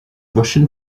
russian